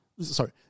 Sorry